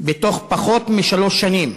בתוך פחות משלוש שנים,